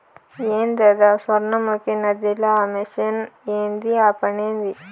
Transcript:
ఏందద సొర్ణముఖి నదిల ఆ మెషిన్ ఏంది ఆ పనేంది